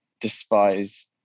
despise